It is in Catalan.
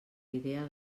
idea